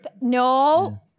No